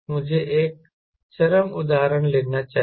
मुझे एक चरम उदाहरण लेना चाहिए